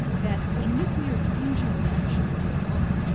that a nuclear fusion reaction is going on.